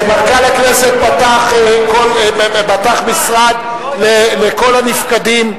מנכ"ל הכנסת פתח משרד לכל הנפקדים,